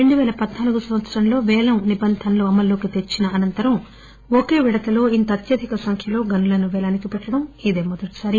రెండు పేల పధ్నాలుగు సంవత్సరంలో పేలం నిబంధనలు ప్రారంభించిన అనంతరం ఒకే విడతలో ఇంత అత్యధిక సంఖ్యలో గనులను పేలానికి పెట్టిన ఇదే మొదటిసారి